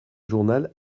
journal